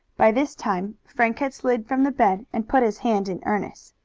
by this time frank had slid from the bed and put his hand in ernest's.